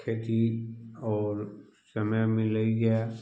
खेती आओर समय मिलैए